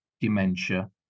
dementia